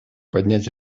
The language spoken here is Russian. поднять